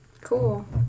cool